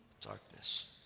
darkness